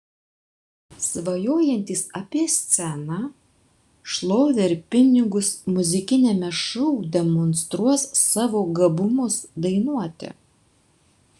svajojantys apie sceną šlovę ir pinigus muzikiniame šou demonstruos savo gabumus dainuoti